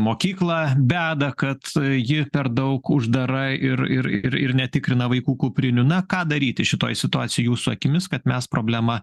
mokyklą beda kad ji per daug uždara ir ir ir ir netikrina vaikų kuprinių na ką daryti šitoj situacijoj jūsų akimis kad mes problemą